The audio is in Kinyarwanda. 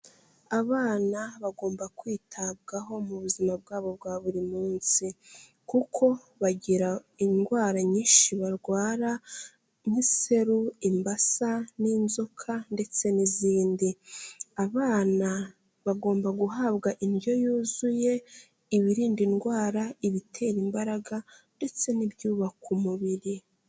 Abana bagomba kwitabwaho mu buzima bwabo bwa buri munsi, kuko bagira indwara nyinshi barwara nk'iseru, imbasa n'inzoka ndetse n'izindi. Abana bagomba guhabwa indyo yuzuye, ibirinda indwara, ibitera imbaraga ndetse n'ibyubaka umubiri.